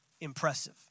impressive